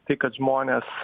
tai kad žmonės